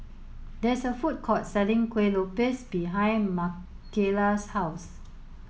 there is a food court selling Kuih Lopes behind Makayla's house